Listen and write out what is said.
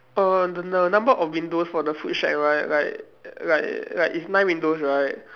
the the number of windows for the food shack right like like like is nine windows right